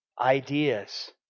Ideas